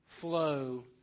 flow